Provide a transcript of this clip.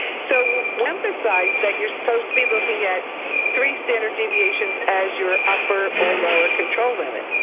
so we emphasize that you're supposed to be looking at three standard deviations as your upper or lower control limit.